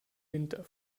winter